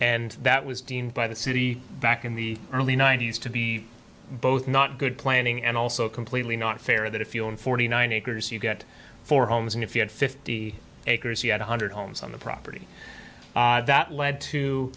and that was deemed by the city back in the early ninety's to be both not good planning and also completely not fair that if you own forty nine acres you get four homes and if you had fifty acres you had one hundred homes on the property that led to